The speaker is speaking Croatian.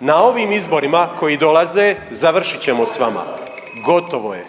Na ovim izborima koji dolaze završit ćemo s vama, gotovo je.